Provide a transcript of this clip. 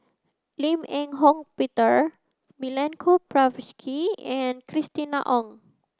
Lim Eng Hock Peter Milenko Prvacki and Christina Ong